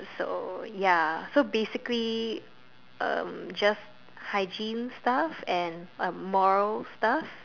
so ya so basically um just hygiene stuff and uh moral stuff